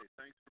thanks